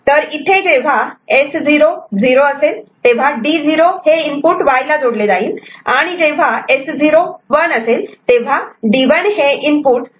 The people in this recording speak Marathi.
तर इथे जेव्हा S0 0 असेल तेव्हा D0 हे इनपुट Y ला जोडले जाईल आणि जेव्हा S0 1 असेल तेव्हा D1 हे इनपुट Y ला जोडले जाईल